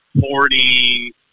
forty